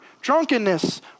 drunkenness